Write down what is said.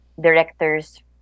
directors